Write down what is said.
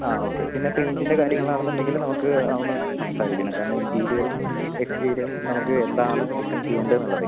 ആ ഓക്കെ പിന്നെ പെയിൻ്റിൻ്റെ കാര്യങ്ങളാണെന്നുണ്ടെങ്കിൽ നമുക്ക് അതൊന്ന് സംസാരിക്കണം കാരണം ഇൻ്റീരിയറും എക്സ്റ്റീരിയറും നമുക്ക് എന്താണ് ഡിസൈൻ ചെയ്യേണ്ടത് എന്നുള്ളത്